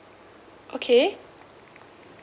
okay